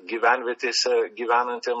gyvenvietėse gyvenantiem